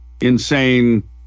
insane